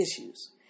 issues